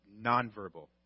Nonverbal